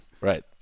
Right